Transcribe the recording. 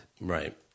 Right